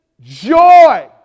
joy